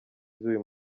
z’uyu